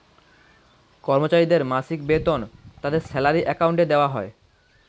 কর্মচারীদের মাসিক বেতন তাদের স্যালারি অ্যাকাউন্টে দেওয়া হয়